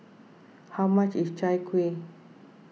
how much is Chai Kuih